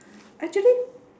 actually